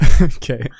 Okay